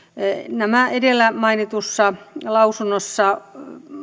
näitä edellä mainitussa lausunnossa